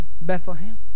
Bethlehem